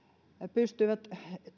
pystyvät